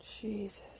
Jesus